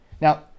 now